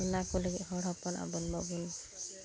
ᱚᱱᱟᱠᱚ ᱞᱟᱹᱜᱤᱫ ᱦᱚᱲ ᱦᱚᱯᱚᱱ ᱟᱵᱚ ᱵᱟᱵᱚᱱ